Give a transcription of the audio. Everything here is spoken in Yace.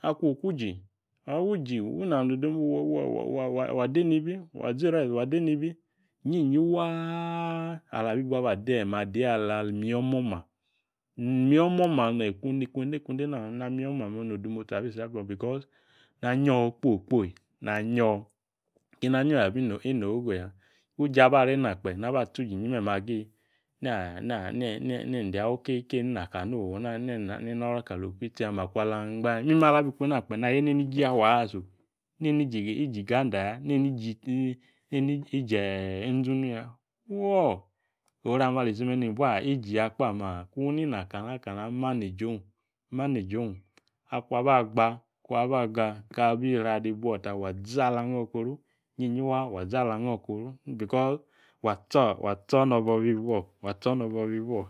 Akung oku ji wa ade nibi wa zi irice wa ade nibi inyi waa alabi biba di ma ala mi omoma mi omoma neeyi iku ni kwe̱nde kwe̱nde na me. Mi omoma ono odemotsi abi isi ako because na anyo kpo kpo keni anyo̱ ya abi ina ogogo ya. Uja aba re nakpe na aba tsu uja inyi me̱me̱ agi ne̱nde̱ kinina o ninoro kalo okuvitsi ya. Makwa ala angba ya mime ala bi ku na kpe na yeeyi neni ijiafu ya so neni iji iganda ya neni iji inzunu ya fuo oru ame̱ ali sime̱ nenibua kpa ma. Kung ini ana kana kana manage ong manage ong ku aba gba kaba ga kabi riovadi buo ta wa zi ala ghobkoru inyiyibwa zi ala gho koru because wa tso̱ no̱ bobi ibuo wa tsobno bobi ibuo.